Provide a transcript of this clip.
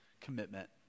commitment